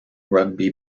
rugby